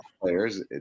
players